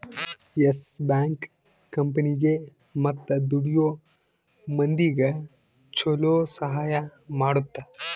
S bank ಕಂಪನಿಗೇ ಮತ್ತ ದುಡಿಯೋ ಮಂದಿಗ ಚೊಲೊ ಸಹಾಯ ಮಾಡುತ್ತ